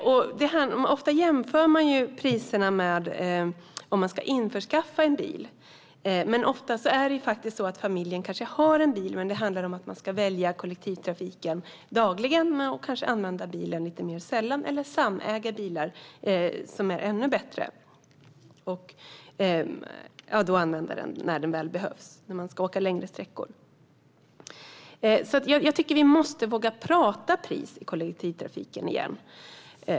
Ofta jämför man priserna med att införskaffa en bil, men oftast är det faktiskt så att familjen kanske redan har en bil. Det handlar om att välja kollektivtrafiken dagligen och använda bilen lite mer sällan - eller samäga bilar, vilket är ännu bättre. Man ska använda bilen när den väl behövs, det vill säga när man ska åka längre sträckor. Jag tycker alltså att vi måste våga prata pris i kollektivtrafiken igen.